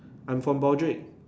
I'm from Broadrick